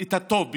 את הטוב ביותר.